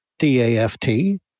D-A-F-T